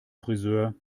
frisör